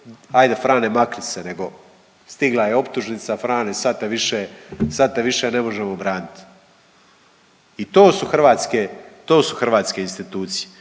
hajde Frane makni se, nego stigla je optužnica. Frane sad te više ne možemo braniti. I to su hrvatske institucije.